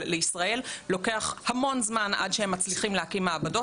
לישראל לוקח המון זמן עד שהם מצליחים להקים מעבדות,